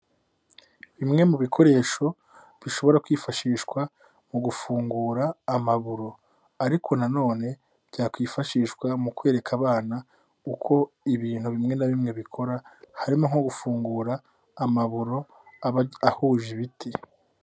Bimwe mu bikoresho bishobora kwifashishwa mu gufungura amaburo, ariko na none byakwifashishwa mu kwereka abana uko ibintu bimwe na bimwe bikora harimo nko gufungura amaburo aba ahuje ibiti.